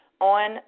on